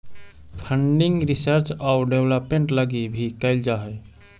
funding research आउ development लगी भी कैल जा हई